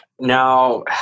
Now